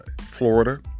Florida